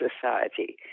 society